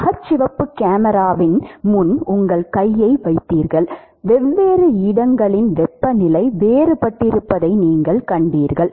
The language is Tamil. அகச்சிவப்பு கேமராவின் முன் உங்கள் கையை வைத்தீர்கள் வெவ்வேறு இடங்களின் வெப்பநிலை வேறுபட்டிருப்பதை நீங்கள் காண்பீர்கள்